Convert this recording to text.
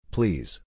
Please